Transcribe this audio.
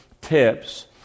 tips